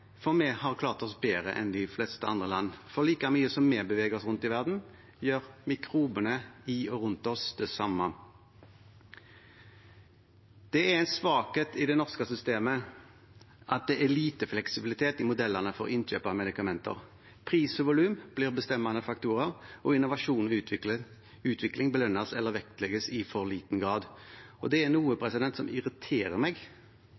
for vi har klart oss bedre enn de fleste andre land. Like mye som vi beveger oss rundt i verden, gjør mikrobene i og rundt oss det samme. Det er en svakhet i det norske systemet at det er lite fleksibilitet i modellene for innkjøp av medikamenter. Pris og volum blir bestemmende faktorer, og innovasjon og utvikling belønnes eller vektlegges i for liten grad. Det er noe som irriterer meg,